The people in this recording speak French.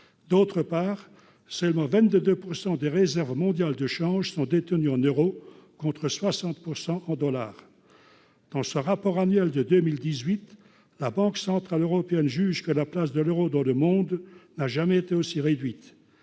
d'autre part, seulement 22 pourcent des réserves mondiales de change sont détenus en euros contre 60 pourcent en dollars dans ce rapport annuel de 2018, la Banque centrale européenne juge que la place de l'Euro dans le monde n'a jamais été aussi réduite